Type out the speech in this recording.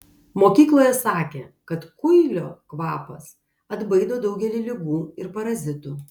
mokykloje sakė kad kuilio kvapas atbaido daugelį ligų ir parazitų